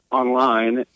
online